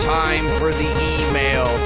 timefortheemail